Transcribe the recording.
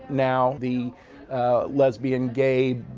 now the lesbian, gay,